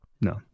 No